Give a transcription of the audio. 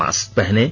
mask पहनें